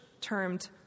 termed